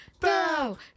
bow